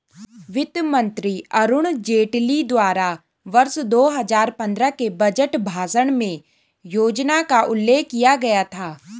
वित्त मंत्री अरुण जेटली द्वारा वर्ष दो हजार पन्द्रह के बजट भाषण में योजना का उल्लेख किया गया था